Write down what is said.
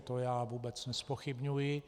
To vůbec nezpochybňuji.